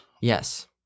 yes